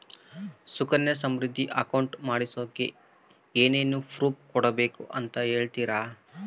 Sukanya Samriddhi account ಮಾಡಿಸೋಕೆ ಏನೇನು proof ಕೊಡಬೇಕು ಅಂತ ಹೇಳ್ತೇರಾ?